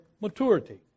maturity